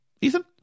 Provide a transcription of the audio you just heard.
ethan